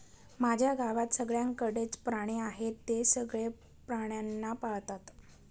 माझ्या गावात सगळ्यांकडे च प्राणी आहे, ते सगळे प्राण्यांना पाळतात